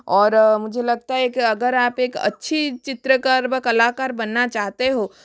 और मुझे लगता है कि अगर आप एक अच्छी चित्रकार व कलाकार बनना चाहते हो